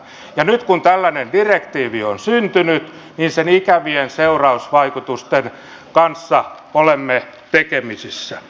ja nyt kun tällainen direktiivi on syntynyt niin sen ikävien seurausvaikutusten kanssa olemme tekemisissä